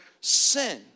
sin